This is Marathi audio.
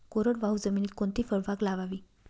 कोरडवाहू जमिनीत कोणती फळबाग लावावी?